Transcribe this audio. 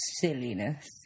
silliness